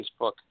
Facebook